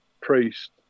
Priest